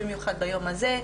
במיוחד ביום הזה,